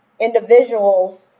individuals